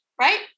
right